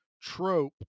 trope